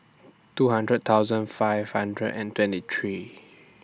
two hundred thousand five hundred and twenty three